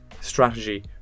strategy